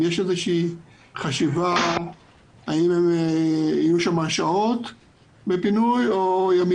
אם יש איזו חשיבה האם הם יהיו שם בעת פינוי שעות או ימים?